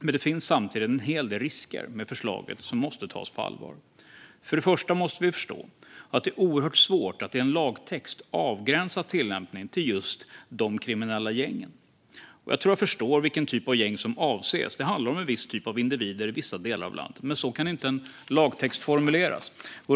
Men det finns samtidigt en hel del risker med förslaget som måste tas på allvar. Först och främst måste vi förstå att det är oerhört svårt att i en lagtext avgränsa tillämpningen till just de kriminella gängen. Jag tror att jag förstår vilken typ av gäng som avses. Det handlar om en viss typ av individer i vissa delar av landet. Men så kan inte en lagtext formuleras.